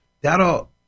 that'll